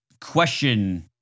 question